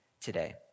today